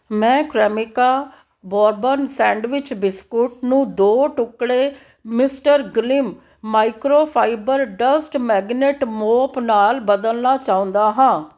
ਮੈਂ Cremica bourbon sandwich biscuit ਨੂੰ ਦੋ ਟੁਕੜੇ Mister Glim microfibre dust magnet mop ਨਾਲ ਬਦਲਣਾ ਚਾਹੁੰਦਾ ਹਾਂ